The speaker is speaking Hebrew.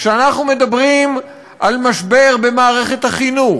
כשאנחנו מדברים על משבר במערכת החינוך,